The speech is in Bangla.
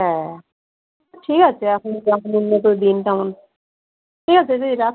হ্যাঁ ঠিক আছে আপনি তেমন ঠিক আছে দিদি রাখছি